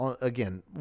again